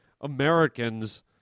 Americans